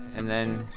and then,